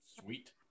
Sweet